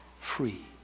free